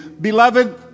Beloved